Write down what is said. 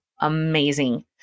amazing